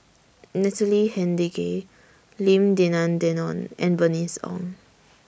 Natalie Hennedige Lim Denan Denon and Bernice Ong